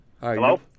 Hello